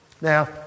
Now